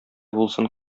булсын